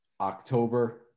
October